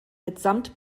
mitsamt